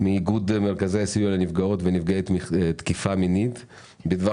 קיבלתי פנייה מאיגוד מרכזי הסיוע לנפגעי ונפגעות תקיפה מינית בדבר